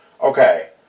Okay